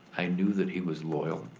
i knew that he was loyal,